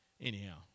Anyhow